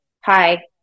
hi